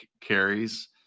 carries